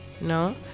No